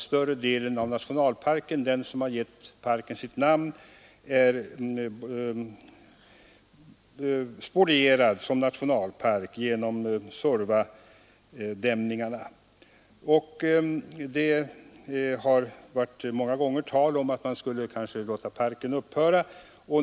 Större delen av nationalparken, den som givit parken dess namn, är som bekant spolierad som nationalpark genom Suorvadämningarna. Det har många gånger varit tal om att låta parken upphöra.